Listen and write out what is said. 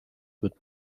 wird